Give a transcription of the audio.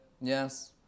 Yes